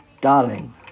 darling